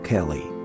Kelly